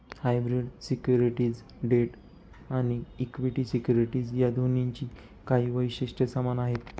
hybrid securities debt आणि equity securities या दोन्हींची काही वैशिष्ट्ये समान आहेत